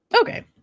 Okay